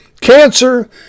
cancer